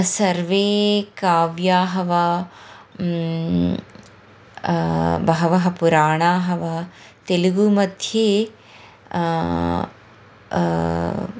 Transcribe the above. सर्वे काव्यानि वा बहवः पुराणानि वा तेलुगु मध्ये